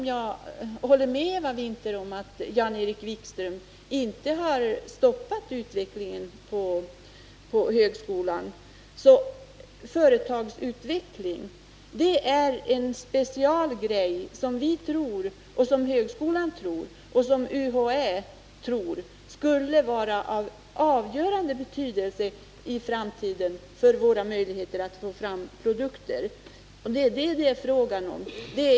Jag håller med Eva Winther om att Jan-Erik Wikström inte har stoppat utvecklingen av högskolan. Men företagsutveckling är en speciell sak som vi socialdemokrater, högskolan och UHÄ tror skulle kunna vara av avgörande betydelse i framtiden för våra möjligheter att få fram produkter. Det är det saken gäller.